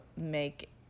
make